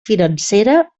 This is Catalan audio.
financera